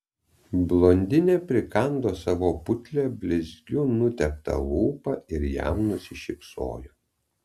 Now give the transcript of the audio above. blondinė prikando savo putlią blizgiu nuteptą lūpą ir jam nusišypsojo